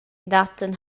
dattan